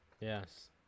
yes